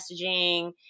messaging